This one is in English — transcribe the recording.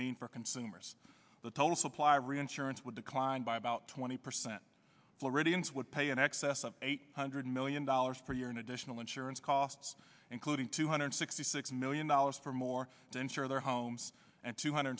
mean for consumers the total supply reinsurance would decline by about twenty percent floridians would pay in excess of eight hundred million dollars per year in additional insurance costs including two hundred sixty six million dollars for more to ensure their homes and two hundred